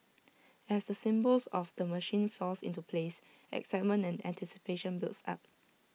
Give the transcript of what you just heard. as the symbols of the machine fall into place excitement and anticipation builds up